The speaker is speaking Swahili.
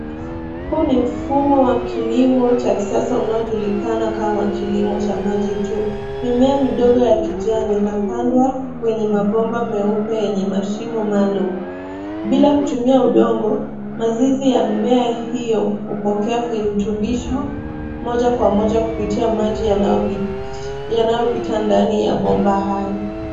Huu ni mfumo wa kilimo cha kisasa unaojulikana kama kilimo cha maji tu. Mimea midogo ya kijani inapandwa kwenye mabomba meupe yenye mashimo maalum. Bila kutumia udongo, mizizi ya mmea hio hupokea virutubisho moja kwa moja kupitia maji yanayopita ndani ya bomba hayo.